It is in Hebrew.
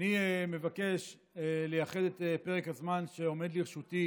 אני מבקש לייחד את פרק הזמן שעומד לרשותי